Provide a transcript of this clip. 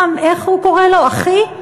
איך הוא קורא לו, אחי?